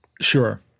Sure